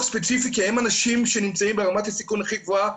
ספציפי כי אלה האנשים שנמצאים ברמת הסיכון הכי גבוהה,